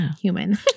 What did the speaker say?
human